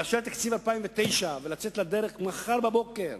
לאשר את תקציב 2009 ולצאת לדרך מחר בבוקר,